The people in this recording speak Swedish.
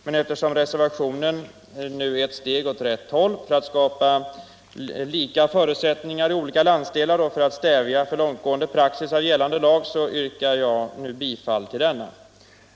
Men eftersom reservationen 1 är ett steg åt rätt håll när det gäller att skapa lika förutsättningar i olika landsdelar och stävja för långt gående praxis av gällande lag yrkar jag bifall till denna reservation.